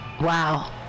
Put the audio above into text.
Wow